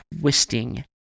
twisting